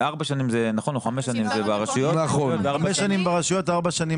ארבע שנים לכנסת וחמש שנים ברשויות.